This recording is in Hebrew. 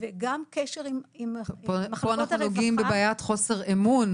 וגם קשר עם מחלקות הרווחה --- פה אנחנו נוגעים בבעיית חוסר אמון